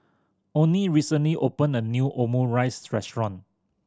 Oney recently opened a new Omurice Restaurant